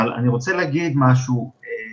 אני מומחה ברפואה פנימית,